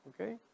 Okay